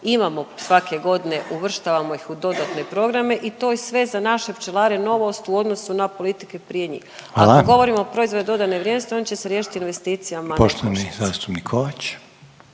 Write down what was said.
imamo svake godine, uvrštavamo ih u dodatne programe i to je sve za naše pčelare novost u odnosu na politike prije njih, a kad govorimo o … .../Upadica: Hvala./... proizvodima dodane vrijednosti, oni će se riješiti investicijama